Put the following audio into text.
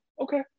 Okay